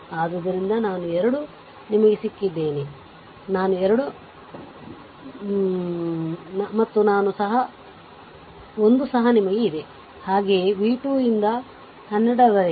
ಆದ್ದರಿಂದ ನಾನು 2 ನಿಮಗೆ ಸಿಕ್ಕಿದ್ದೇನೆ ನಾನು 2 ನಿಮಗೆ ಸಿಕ್ಕಿದೆ ಮತ್ತು ನಾನು 1 ಸಹ ನಿಮಗೆ ಇದೆ ಹಾಗೆಯೇ ವಿ 2 ರಿಂದ 12 ರವರೆಗೆ